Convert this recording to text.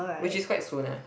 which is quite soon ah